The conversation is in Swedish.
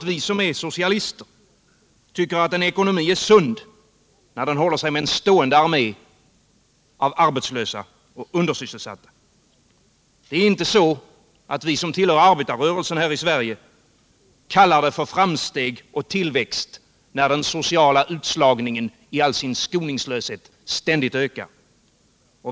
Vi som är socialister tycker inte heller att en ekonomi är sund närden LL håller sig med en stående armé av arbetslösa och undersysselsatta. Vi — Den ekonomiska som tillhör arbetarrörelsen här i Sverige kallar det inte heller för framsteg = politiken m.m. och tillväxt när den sociala utslagningen i all sin skoningslöshet ständigt ökar.